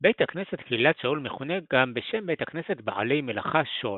בית הכנסת כלילת שאול מכונה גם בשם בית הכנסת בעלי מלאכה שוהל.